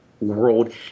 world